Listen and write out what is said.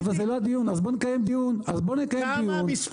4. בחוק הפיקוח על שירותים פיננסיים (קופות גמל),